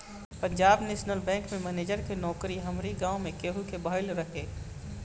Punjab national bank में manager के नोकरी हमारी गांव में केहू के भयल रहे